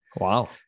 Wow